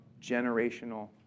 generational